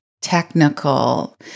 technical